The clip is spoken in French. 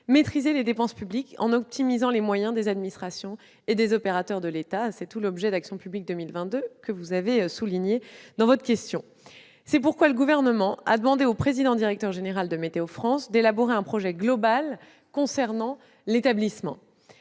maîtriser les dépenses publiques, en optimisant les moyens des administrations et des opérateurs de l'État. C'est tout l'objet du programme Action publique 2022, que vous avez mentionné. C'est pourquoi le Gouvernement a demandé au président-directeur général de Météo-France d'élaborer un projet global concernant l'établissement.